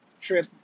trip